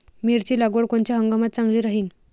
मिरची लागवड कोनच्या हंगामात चांगली राहीन?